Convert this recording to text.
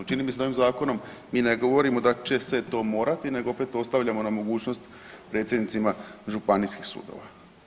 Čini mi se da ovim zakonom mi ne govorimo da će se to morati nego opet ostavljamo na mogućnost predsjednicima županijskih sudova.